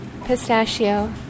Pistachio